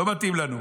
לא מתאים לנו.